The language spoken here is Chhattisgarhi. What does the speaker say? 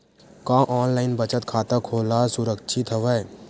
का ऑनलाइन बचत खाता खोला सुरक्षित हवय?